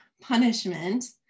punishment